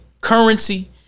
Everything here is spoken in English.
currency